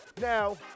Now